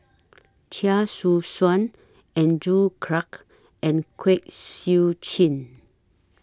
Chia Choo Suan Andrew Clarke and Kwek Siew Jin